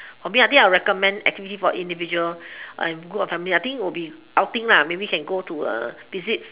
maybe I think I'll recommend activity for individual and group and family I think will be outing maybe can go to visit